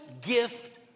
gift